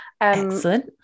Excellent